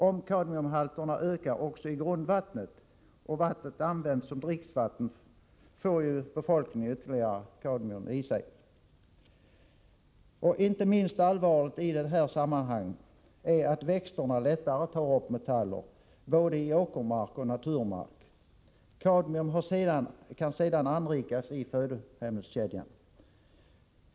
Om kadmiumhalterna ökar också i grundvattnet och vattnet används som dricksvatten, får befolkningen ytterligare kadmium i sig. Inte minst allvarligt i detta sammanhang är att växterna lättare tar upp metaller, både i åkermark och i naturmark. Kadmium kan sedan anrikas i födoämneskedjan.